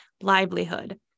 livelihood